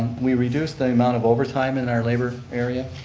we reduced the amount of overtime in our labor area.